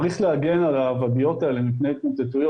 צריך להגן על הוואדיות האלה מפני התמוטטויות